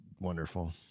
Wonderful